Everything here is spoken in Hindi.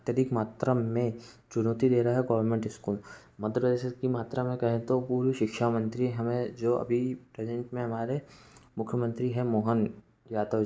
अत्यधिक मात्रा में चुनौती दे रहा है गौरमेंट स्कूल मतलब जैसे इसकी मात्रा में कहें तो पूर्व शिक्षा मंत्री हमें जो अभी प्रेजेंट में हमारे मुख्य मंत्री हैं मोहन यादव जी